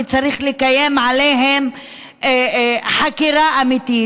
וצריך לקיים עליהן חקירה אמיתית,